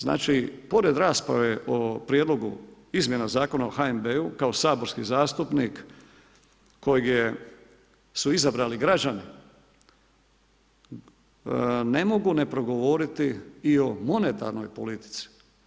Znači pored rasprave o prijedlogu izmjena Zakona o HNB-u kao saborski zastupnik kojeg su izabrali građani, ne mogu ne progovoriti i o monetarnoj politici.